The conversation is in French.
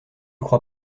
crois